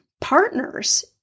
partners